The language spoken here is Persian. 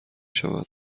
شود